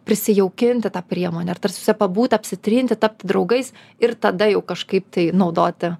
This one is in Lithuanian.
prisijaukinti tą priemonę ir tarsi su ja pabūti apsitrinti tapti draugais ir tada jau kažkaip tai naudoti